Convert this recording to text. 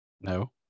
No